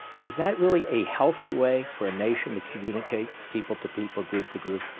is that really a healthy way for a nation to communicate people to people, group to group.